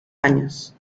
años